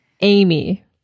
Amy